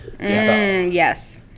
Yes